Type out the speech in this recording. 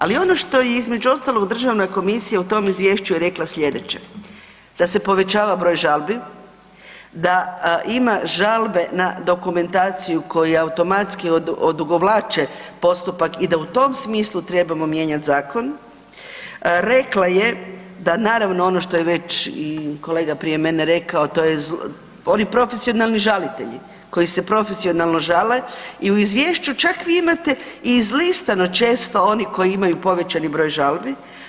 Ali ono što je između ostalog državna komisija u tom izvješću je rekla sljedeće, da se povećava broj žalbi, da ima žalbe na dokumentaciju koja automatski odugovlače postupak i da u tom smislu trebamo mijenjati zakon, rekla je da naravno ono što je već i kolega prije mene rekao, oni profesionalni žalitelji koji se profesionalno žale i u izvješću čak vi imate i izlistano često oni koji imaju povećani broj žalbi.